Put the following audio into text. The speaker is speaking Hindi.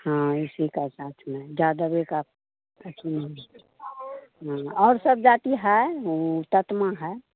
हाँ इसी का साथ में जादव का अथि में हाँ और सब जाती है ततमा है